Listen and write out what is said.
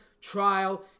trial